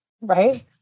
right